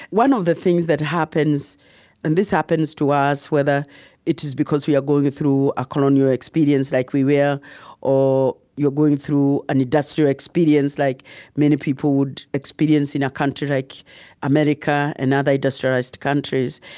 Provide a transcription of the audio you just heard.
one of the things that happens and this happens to us whether it is because we are going through a colonial experience like we were, or or you're going through an industrial experience like many people would experience in a country like america and other industrialized countries.